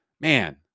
man